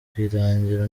rwirangira